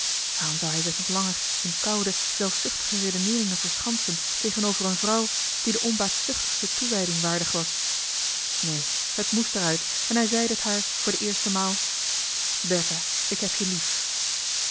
waarom zou hij zich nog langer in koude zelfzuchtige redeneeringen verschansen tegenover een vrouw die de onbaatzuchtigste toewijding waardig was neen het moest er uit en hij zeide t haar voor de eerste maal bertha ik heb je lief